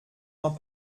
dans